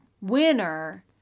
winner